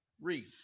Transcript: Read